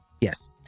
Yes